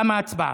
תמה ההצבעה.